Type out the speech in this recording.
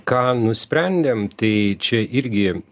ką nusprendėm tai čia irgi